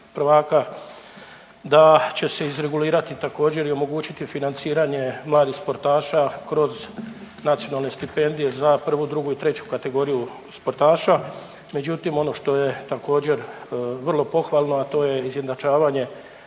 da će se izregulirati također i omogućiti financiranje mladih sportaša kroz nacionalne stipendije za 1, 2 i 3 kategoriju sportaša, međutim ono što je također vrlo pohvalno, a to je izjednačavanje